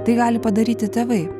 tai gali padaryti tėvai